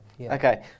Okay